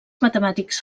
matemàtics